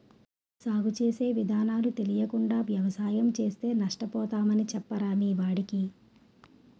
సాగు చేసే విధానాలు తెలియకుండా వ్యవసాయం చేస్తే నష్టపోతామని చెప్పరా మీ వాడికి